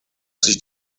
sich